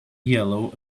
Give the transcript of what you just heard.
yellow